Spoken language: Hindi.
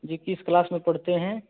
जी किस क्लास में पढ़ते हैं